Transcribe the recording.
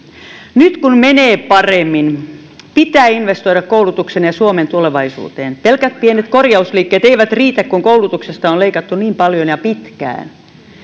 nyt kun menee paremmin pitää investoida koulutuksen ja suomen tulevaisuuteen pelkät pienet korjausliikkeet eivät riitä kun koulutuksesta on leikattu niin paljon ja pitkään